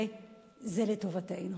וזה לטובתנו.